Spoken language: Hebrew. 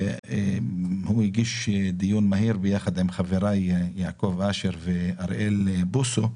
הוא הגיש דיון מהיר ביחד עם חבריי יעקב אשר ואוריאל בוסו,